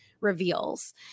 reveals